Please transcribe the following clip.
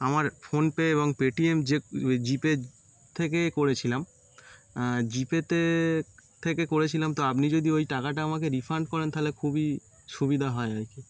আমার PhonePe এবং Paytm যে জিপে থেকে করেছিলাম জি পেতে থেকে করেছিলাম তো আপনি যদি ওই টাকাটা আমাকে রিফান্ড করেন তাহলে খুবই সুবিধা হয় আর কি